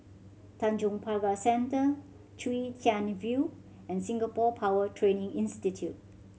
Tanjong Pagar Centre Chwee Chian View and Singapore Power Training Institute